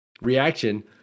reaction